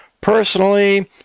Personally